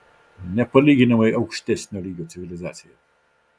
nepalyginamai aukštesnio lygio civilizacija